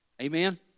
Amen